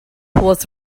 was